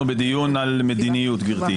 אנחנו בדיון על מדיניות, גברתי.